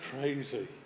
crazy